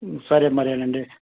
సరే మరేనండి